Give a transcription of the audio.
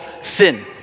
sin